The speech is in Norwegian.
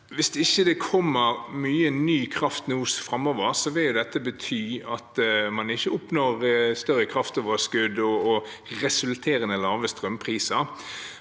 Hvis det ikke kommer mye ny kraft framover, vil det bety at man ikke oppnår større kraftoverskudd og resulterende lave strømpriser.